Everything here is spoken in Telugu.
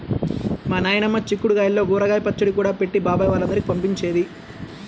మా నాయనమ్మ చిక్కుడు గాయల్తో ఊరగాయ పచ్చడి కూడా పెట్టి బాబాయ్ వాళ్ళందరికీ పంపించేది